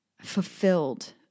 fulfilled